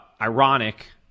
ironic